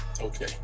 Okay